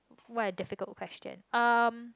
what a difficult question